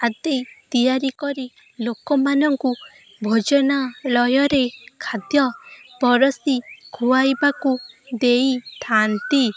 ଆଦି ତିଆରି କରି ଲୋକମାନଙ୍କୁ ଭୋଜନାଳୟରେ ଖାଦ୍ୟ ପରଷି ଖୁଆଇବାକୁ ଦେଇଥାଆନ୍ତି